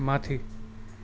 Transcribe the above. माथि